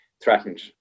threatened